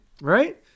right